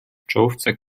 czołówce